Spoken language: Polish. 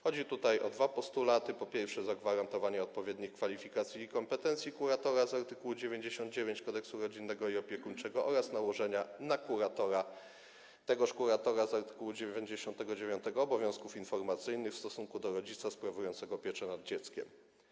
Chodzi tutaj o dwa postulaty: po pierwsze, zagwarantowanie odpowiednich kwalifikacji i kompetencji kuratora z art. 99 Kodeksu rodzinnego i opiekuńczego, a po drugie, nałożenia na tegoż kuratora z art. 99 obowiązków informacyjnych w stosunku do rodzica sprawującego pieczę nad dzieckiem.